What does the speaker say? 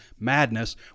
madness